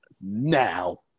now